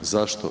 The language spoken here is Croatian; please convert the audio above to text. Zašto?